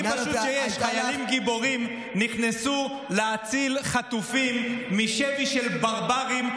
חיילים גיבורים נכנסו להציל חטופים משבי של ברברים,